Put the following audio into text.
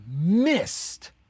missed